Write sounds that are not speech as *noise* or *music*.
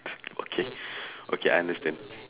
*noise* okay *breath* okay I understand